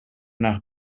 nach